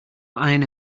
iron